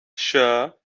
sure